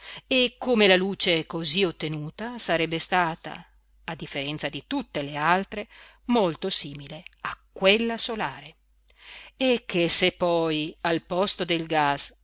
e come la luce cosí ottenuta sarebbe stata a differenza di tutte le altre molto simile a quella solare e che se poi al posto del gas